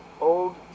Old